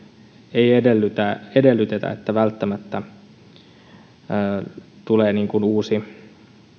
ei edellytetä että välttämättä uusi